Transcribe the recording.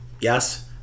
Yes